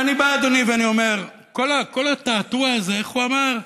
אדוני, אני אומר, כל התעתוע הזה, איך הוא אמר?